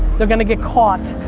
they're gonna get caught.